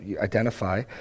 identify